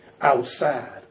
Outside